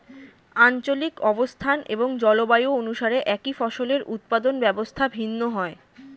আঞ্চলিক অবস্থান এবং জলবায়ু অনুসারে একই ফসলের উৎপাদন ব্যবস্থা ভিন্ন হয়